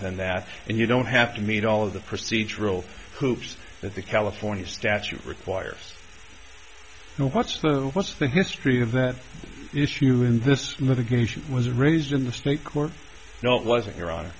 than that and you don't have to meet all of the procedural hoops that the california statute requires no what's the what's the history of that issue this mother was raised in the state court no it wasn't